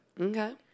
Okay